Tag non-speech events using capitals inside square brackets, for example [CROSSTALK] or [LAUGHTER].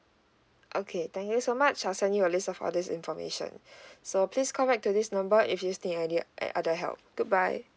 okay thank you so much I'll send you a list of all these information [BREATH] so please call back to this number if you uh other help goodbye